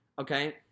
Okay